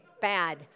bad